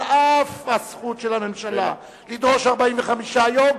על אף הזכות של הממשלה לדרוש 45 יום,